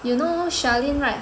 you know Charlene right